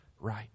right